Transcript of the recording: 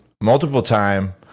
multiple-time